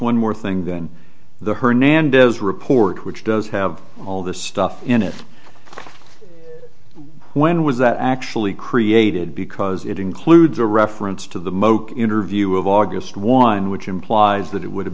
one more thing than the hernandez report which does have all the stuff in it when was that actually created because it includes a reference to the mocha interview of august one which implies that it would have